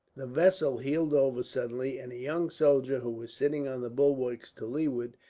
the vessel heeled over suddenly, and a young soldier, who was sitting on the bulwarks to leeward,